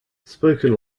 spoken